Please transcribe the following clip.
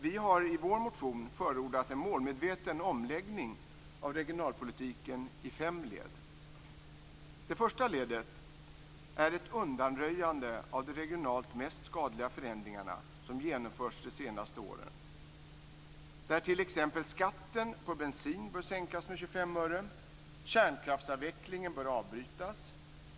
Vi har i vår motion förordat en målmedveten omläggning av regionalpolitiken i fem led. Det första ledet är ett undanröjande av de regionalt mest skadliga förändringarna som genomförts de senaste åren. T.ex. bör skatten på bensin sänkas med 25 öre och kärnkraftsavvecklingen avbrytas.